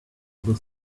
those